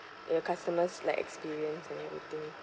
your customers like experience and everything